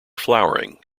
flowering